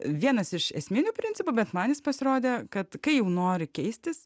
vienas iš esminių principų bet man jis pasirodė kad kai jau nori keistis